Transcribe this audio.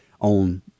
on